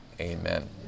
Amen